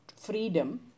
freedom